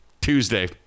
Tuesday